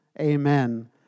amen